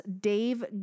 Dave